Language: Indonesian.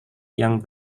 yang